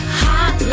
hot